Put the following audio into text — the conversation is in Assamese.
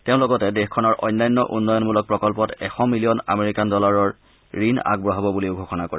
তেওঁ লগতে দেশখনৰ অন্যান্য উন্নয়নমূলক প্ৰকল্পত এশ মিলিয়ন আমেৰিকান ডলাৰৰ ঋণ আগবঢ়াব বুলিও ঘোষণা কৰে